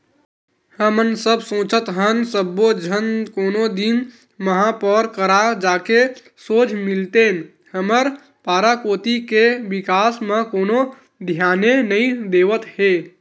हमन सब सोचत हन सब्बो झन कोनो दिन महापौर करा जाके सोझ मिलतेन हमर पारा कोती के बिकास म कोनो धियाने नइ देवत हे